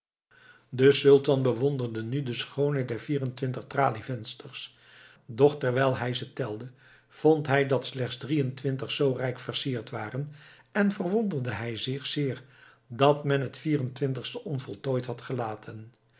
de sultan bewonderde nu de schoonheid der vier en twintig tralie vensters doch terwijl hij ze telde vond hij dat slechts drie en twintig zoo rijk versierd waren en verwonderde hij zich zeer dat men het vier en twintigste onvoltooid had gelaten